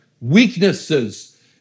weaknesses